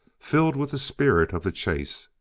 filled with the spirit of the chase.